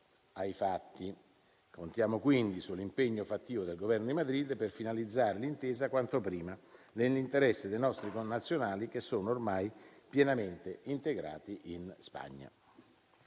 ai fatti. Contiamo quindi sull'impegno fattivo del Governo di Madrid per finalizzare l'intesa quanto prima, nell'interesse dei nostri connazionali che sono ormai pienamente integrati in Spagna.